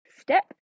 step